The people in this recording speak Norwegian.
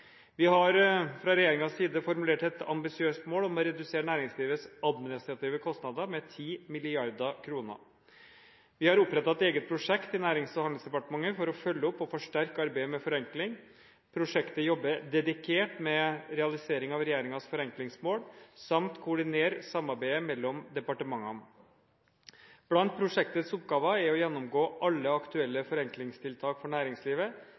Vi har fra regjeringens side formulert et ambisiøst mål om å redusere næringslivets administrative kostnader med 10 mrd. kr. Vi har opprettet et eget prosjekt i Nærings- og handelsdepartementet for å følge opp og forsterke arbeidet med forenkling. Prosjektet jobber dedikert med realisering av regjeringens forenklingsmål samt med å koordinere samarbeidet mellom departementene. Blant prosjektets oppgaver er å gjennomgå alle aktuelle forenklingstiltak for næringslivet.